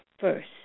first